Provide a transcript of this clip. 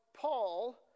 Paul